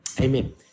Amen